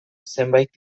zenbait